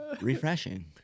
refreshing